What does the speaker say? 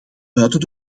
buiten